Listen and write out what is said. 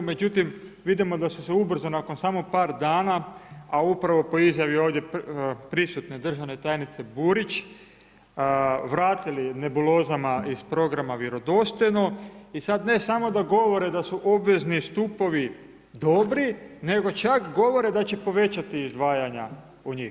Međutim, vidimo da su se ubrzo nakon samo par dana, a upravo po izjavi ovdje prisutne državne tajnice Burić vratili nebulozama iz programa vjerodostojno i sad ne samo da govore da su obvezni stupovi dobri, nego čak govore da će povećati izdvajanja u njih.